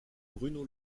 bruno